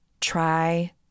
try